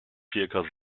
zirka